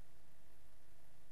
תודה רבה.